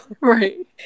Right